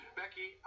becky